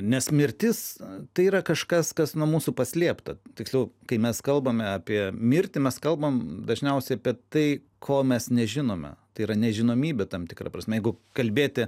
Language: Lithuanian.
nes mirtis tai yra kažkas kas nuo mūsų paslėpta tiksliau kai mes kalbame apie mirtį mes kalbam dažniausiai apie tai ko mes nežinome tai yra nežinomybė tam tikra prasme jeigu kalbėti